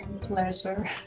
pleasure